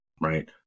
right